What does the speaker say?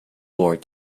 board